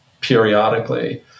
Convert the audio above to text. periodically